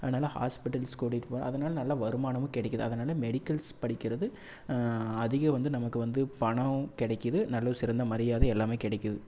அதனால் ஹாஸ்பிட்டல்ஸ் கூட்டிகிட்டு போணும் அதனால் நல்ல வருமானமும் கிடைக்குது அதனால் மெடிக்கல்ஸ் படிக்கிறது அதிக வந்து நமக்கு வந்து பணம் கிடைக்குது நல்ல சிறந்த மரியாதை எல்லாம் கிடைக்கிது